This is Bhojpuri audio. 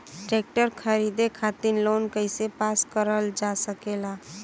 ट्रेक्टर खरीदे खातीर लोन कइसे पास करल जा सकेला?